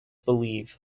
believe